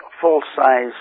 full-size